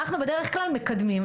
אנחנו בדרך כלל מקדמים.